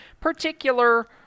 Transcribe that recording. particular